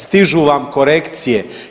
Stižu vam korekcije.